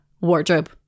wardrobe